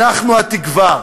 אנחנו התקווה.